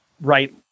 right